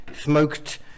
smoked